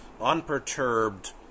unperturbed